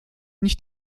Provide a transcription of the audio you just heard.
nicht